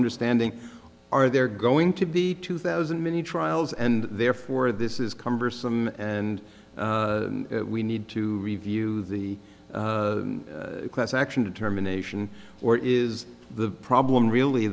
understanding are there going to be two thousand many trials and therefore this is cumbersome and we need to review the class action determination or is the problem really